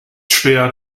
schwer